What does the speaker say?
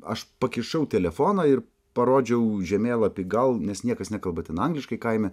aš pakišau telefoną ir parodžiau žemėlapį gal nes niekas nekalba ten angliškai kaime